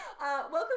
welcome